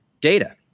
data